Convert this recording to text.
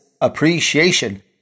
appreciation